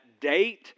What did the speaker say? date